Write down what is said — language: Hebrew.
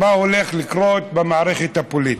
מה הולך לקרות במערכת הפוליטית,